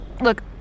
Look